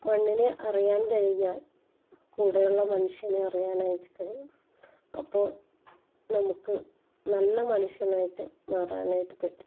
മണ്ണിനെ അറിയാന് കഴിഞ്ഞാല് കൂടെയുള്ള മനുഷ്യനെ അറിയാനായിട്ട് കഴിയും അപ്പോള് നമുക്ക് നല്ല മനുഷ്യനായിട്ട് മാറാനായിട്ട് പറ്റും